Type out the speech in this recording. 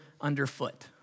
underfoot